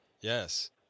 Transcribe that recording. Yes